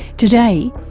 today,